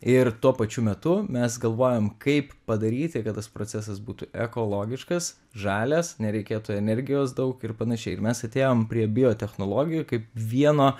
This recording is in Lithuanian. ir tuo pačiu metu mes galvojam kaip padaryti kad tas procesas būtų ekologiškas žalias nereikėtų energijos daug ir panašiai mes atėjom prie biotechnologijų kaip vieno